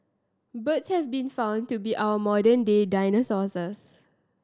birds have been found to be our modern day dinosaurs